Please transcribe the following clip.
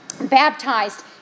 baptized